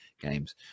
games